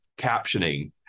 captioning